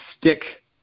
stick